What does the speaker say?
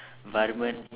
Varman